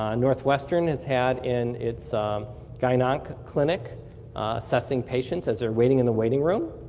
um northwestern has had in its clinic clinic assessing patients as they're waiting in the waiting room.